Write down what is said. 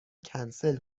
کنسل